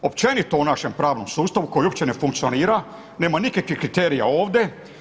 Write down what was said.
Općenito u našem pravnom sustavu koji uopće ne funkcionira nema nikakvih kriterija ovdje.